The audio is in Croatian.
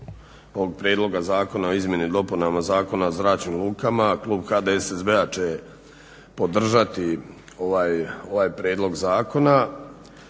ovog Prijedloga zakona o izmjenama i dopunama Zakona o zračnim lukama klub HDSSB-a će podržati ovaj prijedloga zakona,